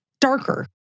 darker